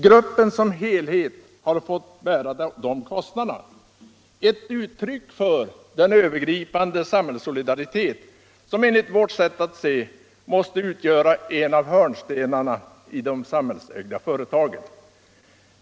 Gruppen som helhet har fått bära dessa kostnader, ett uttryck för den över Allmänpolitisk debatt Allmänpolitisk debatt gripande samhällssolidaritet som enligt vårt sitt att se måste utgöra en av hörnstenarna i de samhällsägda företagen.